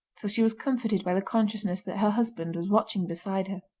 till she was comforted by the consciousness that her husband was watching beside her.